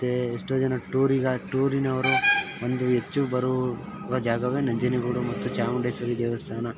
ಮತ್ತೆ ಎಷ್ಟೋ ಜನ ಟೂರಿಗೆ ಟೂರಿನವರು ಒಂದು ಹೆಚ್ಚು ಬರುವ ಜಾಗವೇ ನಂಜನಗೂಡು ಮತ್ತು ಚಾಮುಂಡೇಶ್ವರಿ ದೇವಸ್ಥಾನ